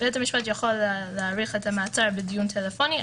שבית המשפט יכול להאריך את המעצר בדיון טלפוני,